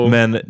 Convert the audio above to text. Men